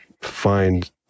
find